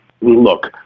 Look